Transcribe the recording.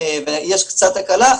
יש קצת הקלה,